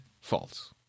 false